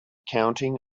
counting